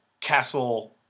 castle